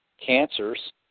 cancers